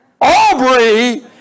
Aubrey